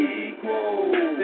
equal